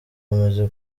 bamaze